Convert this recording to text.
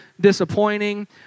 disappointing